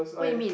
what you mean